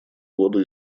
воду